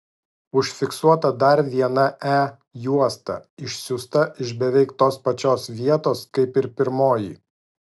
užfiksuota dar viena e juosta išsiųsta iš beveik tos pačios vietos kaip ir pirmoji